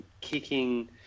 kicking